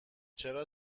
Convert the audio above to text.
چرا